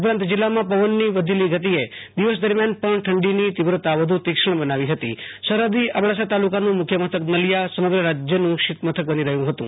ઉપરાંત જીલ્લામાં પવનની વધેલી ગતિએ દિવસ દરમ્યાન પણ ઠંડીની તીવ્રતા વધુ તીક્ષ્ણ બનાવી હતી સરહદી અબડાસા તાલુકાનું મુખ્ય મથક નલિયા સમગ્ર રાજયનું શીત મથક બની રહ્યુ હતું